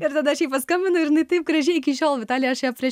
ir tada aš jai paskambinu ir jinai taip gražiai iki šiol vitalija aš ją prie